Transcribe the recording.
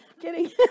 kidding